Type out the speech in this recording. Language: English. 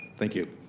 thank you